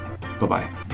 Bye-bye